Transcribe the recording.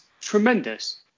tremendous